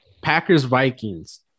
Packers-Vikings